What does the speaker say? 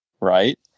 Right